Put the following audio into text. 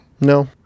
No